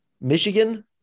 Michigan